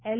L